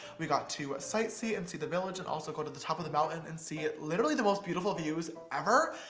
we got to sight-see and see the village, and also go to the top of the mountain and see literally the most beautiful views ever.